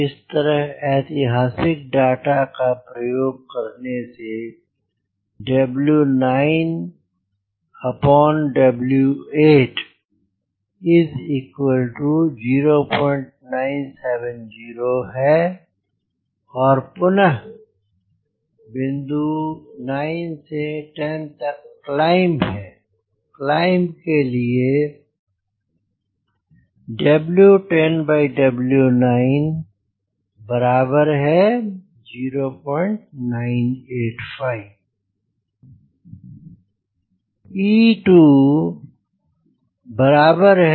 इस तरह ऐतिहासिक डाटा का उपयोग करने से 0970 है और पुनः बिंदु 9 से 10 तक क्लाइंब है